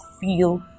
feel